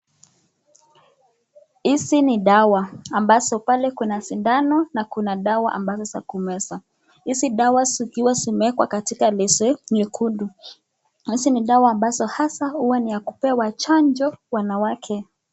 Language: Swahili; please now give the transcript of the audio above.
Hizi ni dawa ambazo pale kuna sindano na kuna dawa ambazo za kumeza. Hizi dawa zikiwa zimewekwa katika leso nyekundu. Hizi ni dawa ambazo hasa huwa ni ya kupewa chanjo wanawake.